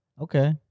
okay